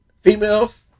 Females